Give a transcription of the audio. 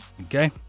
okay